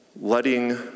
letting